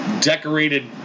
decorated